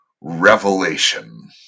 Revelation